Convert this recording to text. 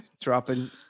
dropping